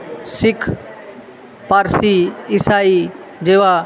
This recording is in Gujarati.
સીખ પારસી ઈસાઈ જેવા